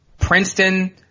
Princeton